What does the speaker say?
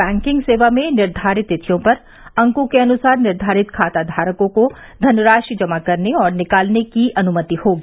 banking सेवा में निर्धारित तिथियों पर अंकों के अनुसार निर्धारित खाताधारकों को धनराशि जमा करने और निकालने की अनुमति होगी